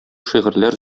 шигырьләр